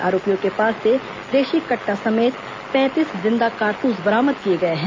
आरोपियों के पास से देशी कट्टा समेत पैंतीस जिंदा कारतूस बरामद किए गए हैं